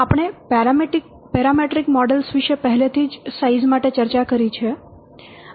આપણે પેરામેટ્રિક મોડેલો વિશે પહેલાથી જ સાઈઝ માટે ચર્ચા કરી છે